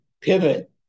pivot